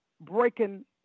breaking